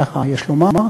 ככה יש לומר?